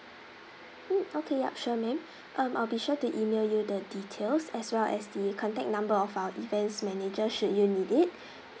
mm okay yup sure ma'am um I'll be sure to email you the details as well as the contact number of our events manager should you need it